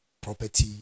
property